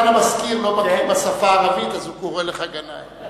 לא בקי בשפה הערבית אז הוא קורא לך גנאים.